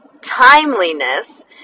timeliness